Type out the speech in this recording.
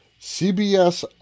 cbs